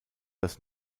das